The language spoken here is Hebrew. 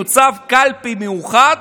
יוצב קלפי מיוחד